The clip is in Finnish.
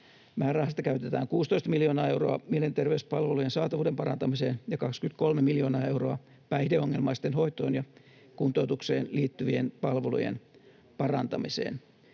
Määrärahasta käytetään 16 miljoonaa euroa mielenterveyspalveluiden saatavuuden parantamiseen ja 23 miljoonaa euroa päihdeongelmaisten hoitoon ja kuntoutukseen liittyvien palvelujen parantamiseen.